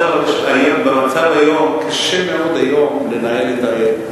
במצב היום קשה מאוד לנהל את העיר.